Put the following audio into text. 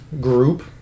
group